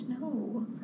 no